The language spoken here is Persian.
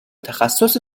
تخصص